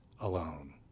alone